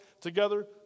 together